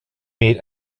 meat